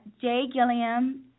jgilliam